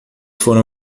foram